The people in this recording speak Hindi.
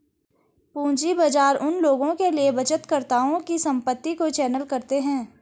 पूंजी बाजार उन लोगों के लिए बचतकर्ताओं की संपत्ति को चैनल करते हैं